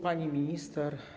Pani Minister!